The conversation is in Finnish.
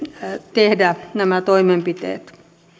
tehdä nämä toimenpiteet